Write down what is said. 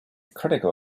critical